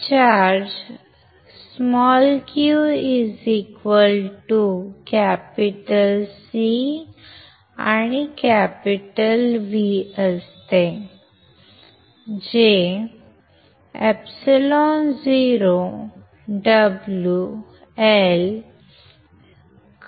charge q CV εoWL t0